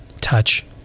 touch